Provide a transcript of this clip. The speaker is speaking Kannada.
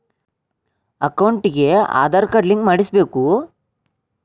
ಅಕೌಂಟಿಗೆ ಆಧಾರ್ ಕಾರ್ಡ್ ಲಿಂಕ್ ಮಾಡಿಸಬೇಕು?